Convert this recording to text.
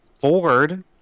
Ford